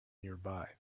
nearby